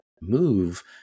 move